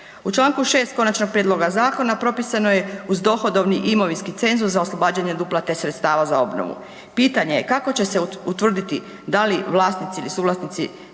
U čl. 6. konačnog prijedloga zakona propisano je uz dohodovni imovinski cenzus za oslobađanje od uplate sredstava za obnovu. Pitanje je, kako će se utvrditi da li vlasnici ili suvlasnici